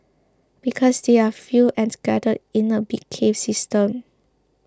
because they are few and scattered in a big cave system